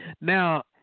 Now